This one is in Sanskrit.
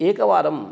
एकवारं